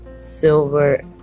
silver